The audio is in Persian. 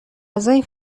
غذایی